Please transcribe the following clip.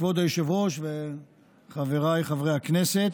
כבוד היושב-ראש וחבריי חברי הכנסת,